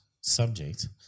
subject